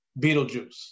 Beetlejuice